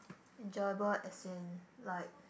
enjoyable as in like